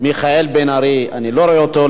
מיכאל בן-ארי, אני לא רואה אותו.